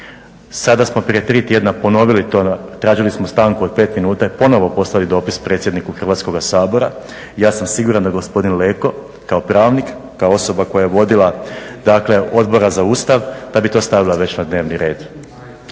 Sada smo prije 3 tjedna ponovili to, tražili smo stanku od 5 minuta i ponovno poslali dopis predsjedniku Hrvatskoga sabora i ja sam siguran da gospodin Leko kao pravnik, kao osoba koja je vodila dakle Odbor za Ustav da bi to stavila već na dnevni red.